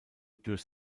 durch